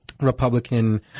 Republican